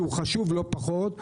שהוא חשוב לא פחות,